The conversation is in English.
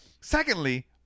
Secondly